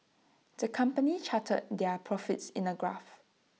the company charted their profits in A graph